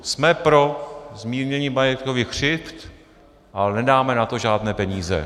Jsme pro zmírnění majetkových křivd, ale nedáme na to žádné peníze.